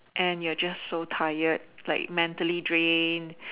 and you're just tired like mentally drained